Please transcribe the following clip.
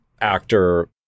actor